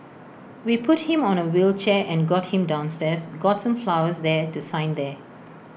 we put him on A wheelchair and got him downstairs got some flowers there to sign there